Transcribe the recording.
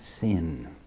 sin